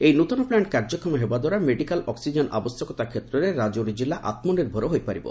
ଏହି ନୃତନ ପ୍ଲାଣ୍ଟ୍ କାର୍ଯ୍ୟକ୍ଷମ ହେବାଦ୍ୱାରା ମେଡିକାଲ୍ ଅକ୍ୱିଜେନ୍ ଆବଶ୍ୟକତା କ୍ଷେତ୍ରରେ ରାଜ୍ଚୌରୀ ଜିଲ୍ଲା ଆତ୍କନିର୍ଭର ହୋଇପାରିବ